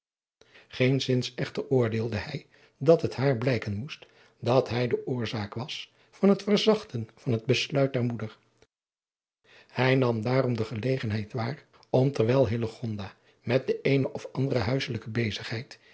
geenszins echter oordeelde hij dat het haar blijken moest dat hij de oorzaak was van het verzachten van het besluit der moeder hij nam daarom de gelegenheid waar om terwijl hillegonda met de eene of andere huisselijke bezigheid